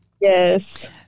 Yes